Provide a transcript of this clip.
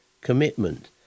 Commitment